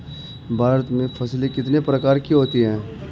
भारत में फसलें कितने प्रकार की होती हैं?